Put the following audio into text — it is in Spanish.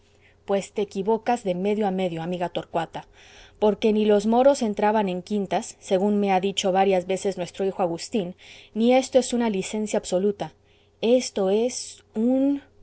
pues te equivocas de medio a medio amiga torcuata porque ni los moros entraban en quintas según me ha dicho varias veces nuestro hijo agustín ni esto es una licencia absoluta esto es un